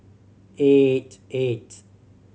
eight eight